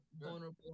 vulnerable